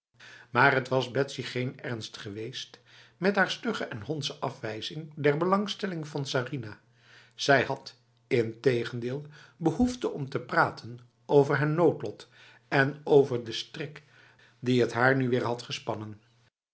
maar het was betsy geen ernst geweest met haar stugge en hondse afwijzing der belangstelling van sarinah zij had integendeel behoefte om te praten over haar noodlot en over de strik die het haar nu weer had gespannen